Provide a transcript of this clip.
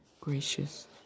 gracious